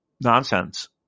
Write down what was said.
nonsense